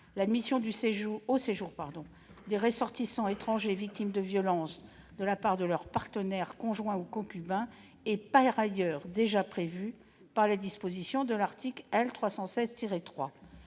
L'admission au séjour des ressortissants étrangers victimes de violences de la part de leur partenaire, conjoint ou concubin, est en outre déjà prévue par les dispositions de l'article L. 316-3